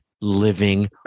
living